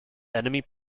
enemy